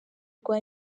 rwa